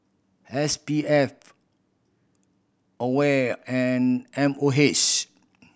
S P F AWARE and M O H